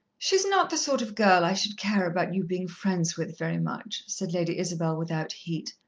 she's not the sort of girl i should care about you being friends with very much, said lady isabel without heat.